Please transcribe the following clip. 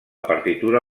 partitura